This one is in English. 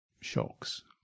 shocks